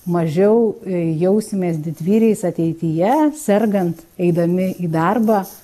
mažiau jausimės didvyriais ateityje sergant eidami į darbą